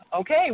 okay